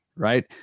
right